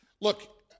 Look